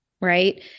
right